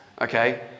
okay